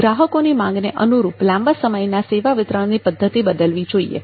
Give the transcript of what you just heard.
ગ્રાહકોની માંગને અનુરૂપ લાંબા સમયના સેવા વિતરણની પદ્ધતિને બદલવી જોઈએ